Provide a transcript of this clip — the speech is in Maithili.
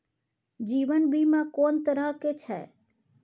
जीवन बीमा कोन तरह के छै?